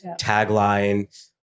tagline